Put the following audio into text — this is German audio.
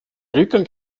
rückgang